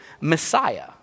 Messiah